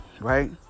right